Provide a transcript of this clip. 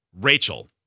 Rachel